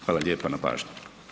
Hvala lijepo na pažnji.